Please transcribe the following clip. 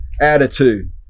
attitude